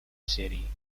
city